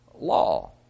law